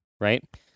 right